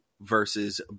versus